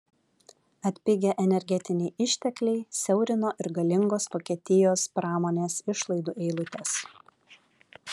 atpigę energetiniai ištekliai siaurino ir galingos vokietijos pramonės išlaidų eilutes